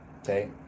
okay